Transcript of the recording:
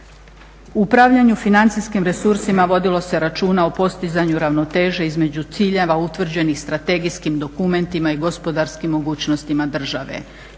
U upravljanju financijskim resursima vodilo se računa o postizanju ravnoteže između ciljeva utvrđenih strategijskim dokumentima i gospodarskim mogućnostima države.